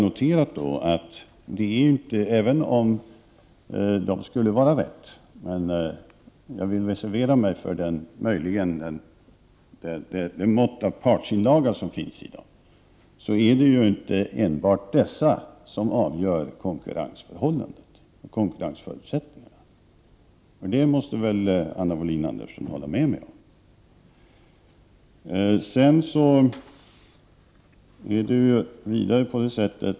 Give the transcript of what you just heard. Även om de skulle vara riktiga — jag ville reservera mig för det mått av partsinlaga som finns i dem —-är det inte enbart dessa som avgör konkurrensförhållandena och konkurrensförutsättningarna. Det måste väl Anna Wohlin-Andersson hålla med mig om.